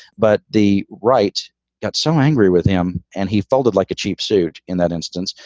but the right got so angry with him and he folded like a cheap suit. in that instance.